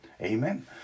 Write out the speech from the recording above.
Amen